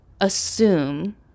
assume